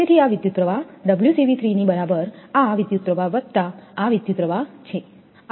તેથી આ વિદ્યુતપ્રવાહ ની બરાબર આ વિદ્યુતપ્રવાહ વત્તા આ વિદ્યુતપ્રવાહ છે